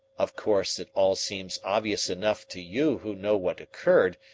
of course, it all seems obvious enough to you who know what occurred,